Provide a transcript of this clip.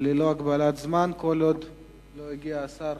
ללא הגבלת זמן, כל עוד לא הגיע שר